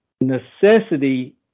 necessity